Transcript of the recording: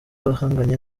bahanganye